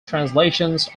translations